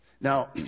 Now